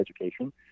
education